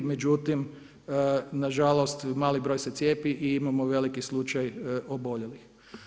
Međutim, na žalost mali broj se cijepi i imamo veliki slučaj oboljelih.